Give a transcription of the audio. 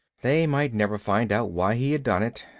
they might never find out why he had done it,